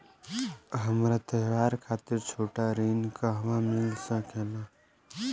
हमरा त्योहार खातिर छोटा ऋण कहवा मिल सकेला?